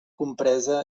compresa